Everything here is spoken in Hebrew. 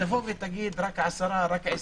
שתבוא ותגיד: רק 10, רק 20,